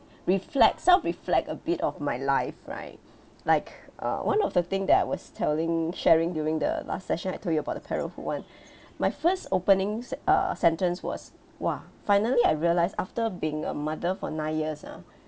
reflect self-reflect a bit of my life right like uh one of the thing that I was telling sharing during the last session I told you about the parenthood [one] my first opening s~ uh sentence was !wah! finally I realised after being a mother for nine years ah